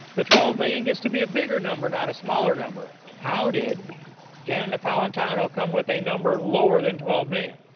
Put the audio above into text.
the twelve million gets to be a bigger number, not a smaller number. how did janet napolitano come with a number lower than twelve million?